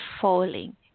falling